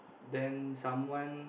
then someone